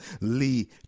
Lee